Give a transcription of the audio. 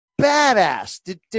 badass